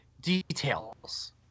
details